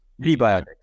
Prebiotics